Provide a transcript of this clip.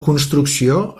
construcció